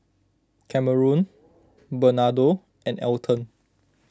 Kameron Bernardo and Elton